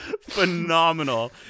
phenomenal